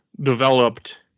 developed